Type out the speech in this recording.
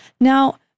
Now